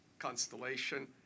constellation